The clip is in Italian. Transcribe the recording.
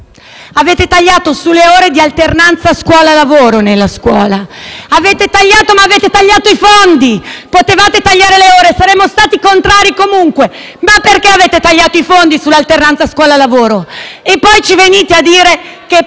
avete tagliato sulle ore di alternanza scuola-lavoro. Avete tagliato i fondi! Potevate tagliare le ore - saremmo stati contrari comunque - ma perché avete tagliato i fondi sull'alternanza scuola-lavoro? Poi ci venite a dire che